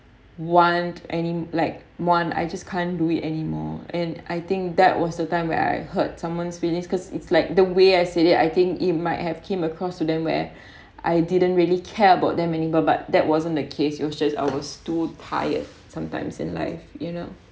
want I mean like want I just can't do it anymore and I think that was the time where I hurt someone's feelings cause it's like the way I said it I think it might have came across to them where I didn't really care about them anymore but that wasn't the case it was just I was too tired sometimes in life you know